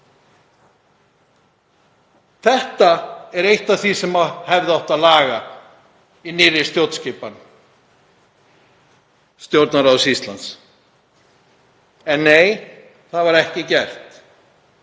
Þetta er eitt af því sem hefði átt að laga í nýrri stjórnskipan Stjórnarráðs Íslands, en það var ekki gert.